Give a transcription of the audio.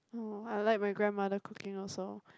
oh I like my grandmother cooking also